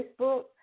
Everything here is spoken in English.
Facebook